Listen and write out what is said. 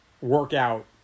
workout